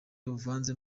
buvanze